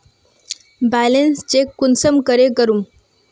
Balance check कुंसम करे करूम?